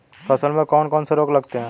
फसलों में कौन कौन से रोग लगते हैं?